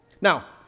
Now